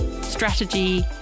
strategy